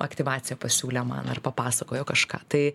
aktyvaciją pasiūlė man ar papasakojo kažką tai